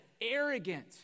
arrogant